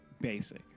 basic